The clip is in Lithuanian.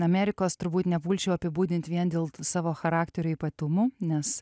amerikos turbūt nepulčiau apibūdint vien dėl savo charakterio ypatumų nes